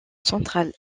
centrale